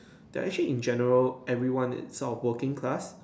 they are actually in general everyone is of working class